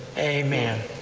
amen!